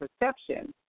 perception